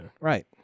right